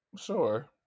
Sure